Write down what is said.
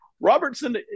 Robertson